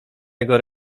jego